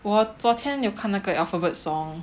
我昨天有看那个 alphabet song